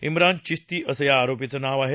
िरान चिश्ती असं या आरोपीचं नाव आहे